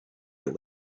are